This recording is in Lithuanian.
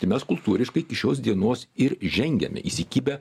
tai mes kultūriškai iki šios dienos ir žengiame įsikibę